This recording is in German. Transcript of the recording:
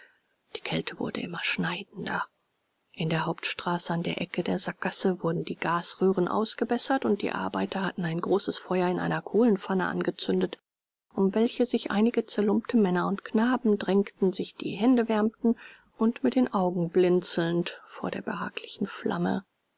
die kälte wurde immer schneidender in der hauptstraße an der ecke der sackgasse wurden die gasröhren ausgebessert und die arbeiter hatten ein großes feuer in einer kohlenpfanne angezündet um welche sich einige zerlumpte männer und knaben drängten sich die hände wärmend und mit den augen blinzelnd vor der behaglichen flamme